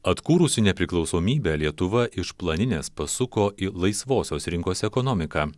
atkūrusi nepriklausomybę lietuva iš planinės pasuko į laisvosios rinkos ekonomiką